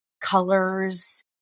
colors